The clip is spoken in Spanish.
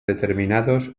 determinados